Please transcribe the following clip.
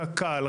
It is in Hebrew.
קק"ל,